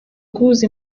guhuza